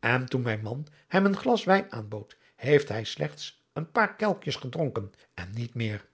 en toen mijn man hem een glas wijn aanbood heeft hij slechts een paar kelkjes gedronken en niet meer